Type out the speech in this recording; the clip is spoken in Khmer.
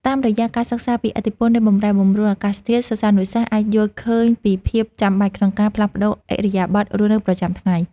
តាមរយៈការសិក្សាពីឥទ្ធិពលនៃបម្រែបម្រួលអាកាសធាតុ សិស្សានុសិស្សអាចយល់ឃើញពីភាពចាំបាច់ក្នុងការផ្លាស់ប្តូរឥរិយាបថរស់នៅប្រចាំថ្ងៃ។